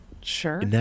Sure